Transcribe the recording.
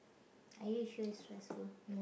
are you sure it's stressful